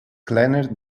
kleiner